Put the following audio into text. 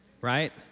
Right